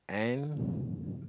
and